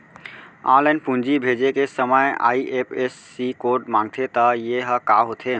Online पूंजी भेजे के समय आई.एफ.एस.सी कोड माँगथे त ये ह का होथे?